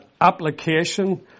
application